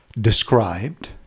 described